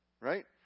right